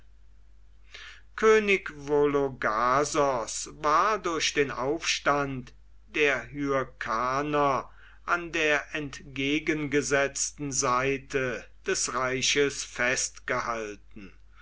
könig vologasos war durch den aufstand der hyrkaner an der entgegengesetzten seite des reiches festgehalten